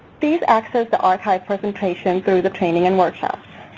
please access the archived presentations through the training and workshops.